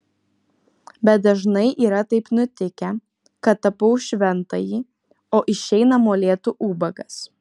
bet dažnai yra taip nutikę kad tapau šventąjį o išeina molėtų ubagas